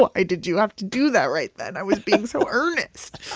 why did you have to do that right then? i was being so earnest